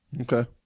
Okay